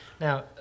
Now